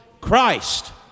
Christ